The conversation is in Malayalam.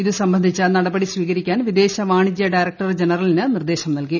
ഇതു സംബന്ധിച്ച നടപടി സ്വീകരിക്കാൻ വിദേശ വാണിജൃ ഡയറക്ടർ ജനറലിന് നിർദ്ദേശം നൽകി